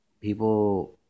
people